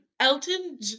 Elton